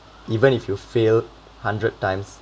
even if you fail hundred times